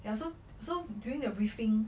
ya so so during the briefing